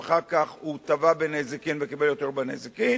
ואחר כך הוא תבע בנזיקין וקיבל יותר בנזיקין,